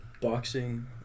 boxing